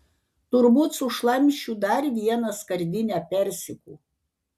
turbūt sušlamšiu dar vieną skardinę persikų